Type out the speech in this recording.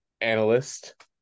analyst